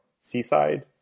seaside